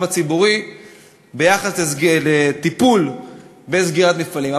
הציבורי כשמדובר בטיפול בסגירת מפעלים.